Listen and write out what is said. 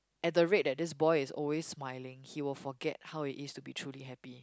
at the rate that this boy is always smiling he will forget how it is to be truly happy